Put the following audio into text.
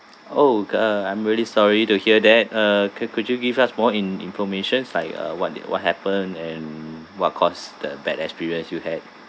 oh god uh I'm really sorry to hear that uh could could you give us more in~ informations like uh what did what happen and what cause the bad experience you had